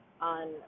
on